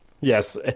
Yes